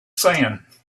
sand